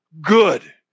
good